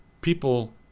People